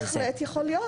בהחלט יכול להיות.